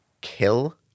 kill